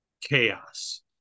chaos